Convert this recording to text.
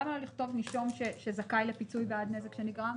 למה לא לכתוב "נישום שזכאי לפיצוי בעד נזק שנגרם"?